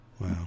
Wow